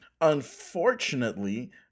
unfortunately